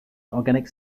organic